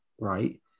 right